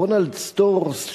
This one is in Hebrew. רונלד סטורס,